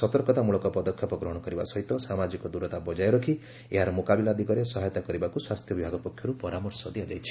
ସତର୍କତାମ୍ଳକ ପଦକ୍ଷେପ ଗ୍ରହଶ କରିବା ସହିତ ସାମାଜିକ ଦ୍ରତା ବଜାୟ ରଖି ଏହାର ମୁକାବିଲା ଦିଗରେ ସହାୟତା କରିବାକୁ ସ୍ୱାସ୍ଥ୍ୟ ବିଭାଗ ପକ୍ଷରୁ ପରାମର୍ଶ ଦିଆଯାଇଛି